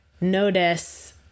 notice